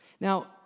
Now